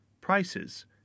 prices